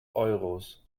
euros